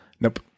Nope